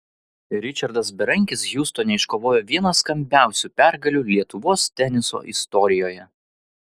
ričardas berankis hjustone iškovojo vieną skambiausių pergalių lietuvos teniso istorijoje